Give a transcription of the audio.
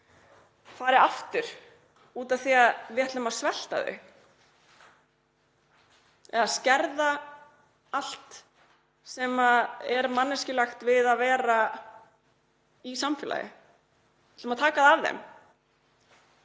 bara aftur út af því að við ætlum að svelta það eða skerða allt sem er manneskjulegt við það að vera í samfélagi. Við ætlum að taka það af þeim,